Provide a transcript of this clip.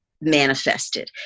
manifested